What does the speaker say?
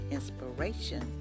Inspiration